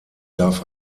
darf